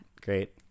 Great